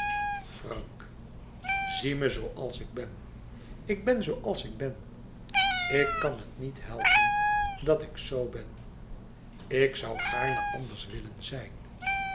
frank zie me zooals ik ben ik ben zooals ik ben ik kan het niet helpen dat ik zoo ben ik zoû gaarne anders willen zijn